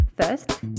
first